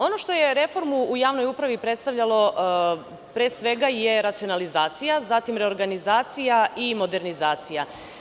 Ono što je reformu u javnoj upravi predstavljalo pre svega je racionalizacija, zatim reorganizacija i modernizacija.